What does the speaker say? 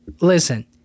Listen